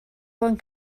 one